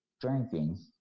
drinking